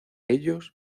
ellos